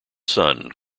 son